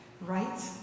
right